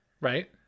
Right